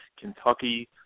Kentucky